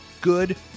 Good